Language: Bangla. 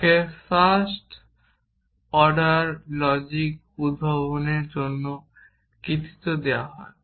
যাকে ফার্স্ট অর্ডার লজিক উদ্ভাবনের জন্যও কৃতিত্ব দেওয়া হয়